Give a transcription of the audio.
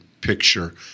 picture